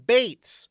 Bates